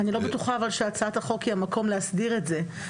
אני לא בטוחה אבל שהצעת החוק היא המקום להסדיר את זה.